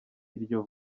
iryo